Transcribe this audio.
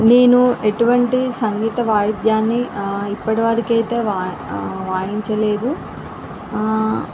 నేను ఎటువంటి సంగీత వాయిద్యాన్ని ఇప్పటి వరకు అయితే వాయించలేదు